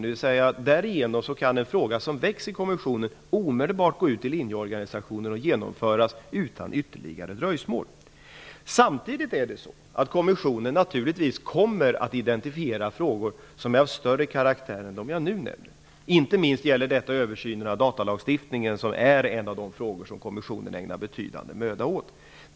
Därigenom kan nämligen en fråga som väcks av kommission utan dröjsmål föras ut i och praktiskt omsättas i linjeorganisationen. Samtidigt kommer kommissionen naturligtvis att identifiera frågor av större karaktär än de som jag nu nämnt. Inte minst gäller detta översynen av datalagstiftningen, som är en av de frågor som kommissionen ägnar betydande möda åt.